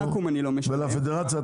לפדרציה,